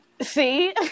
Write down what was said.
See